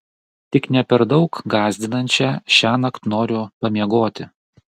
tik ne per daug gąsdinančią šiąnakt noriu pamiegoti